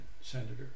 senator